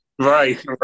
right